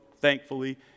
thankfully